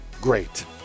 great